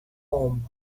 home